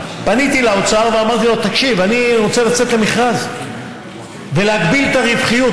פניתי לאוצר ואמרתי לו: אני רוצה לצאת למכרז ולהגביל את הרווחיות.